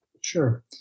Sure